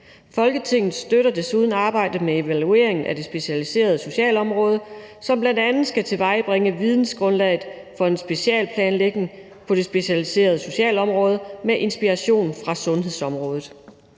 Folketinget støtter desuden arbejdet med evalueringen af det specialiserede socialområde, som bl.a. skal tilvejebringe vidensgrundlaget for en specialeplanlægning på det specialiserede socialområde med inspiration fra sundhedsområdet.